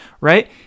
right